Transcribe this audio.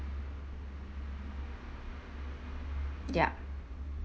ya